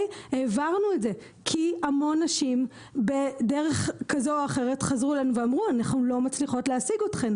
כי המון נשים בדרך כזו או אחרת שאמרו שהן לא מצליחות להשיג אותנו.